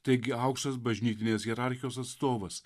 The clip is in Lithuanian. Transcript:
taigi aukštas bažnytinės hierarchijos atstovas